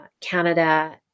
Canada